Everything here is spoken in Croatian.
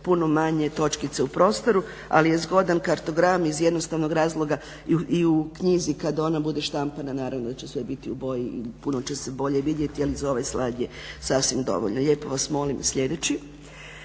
puno manje točkice u prostoru ali je zgodan kartogram iz jednostavnog razloga i u knjizi kad ona bude štampana naravno da će sve biti u bolji i puno će se bolje vidjeti iz ovog slajda je sasvim dovoljno. Lijepo vas molim sljedeći.